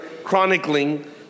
chronicling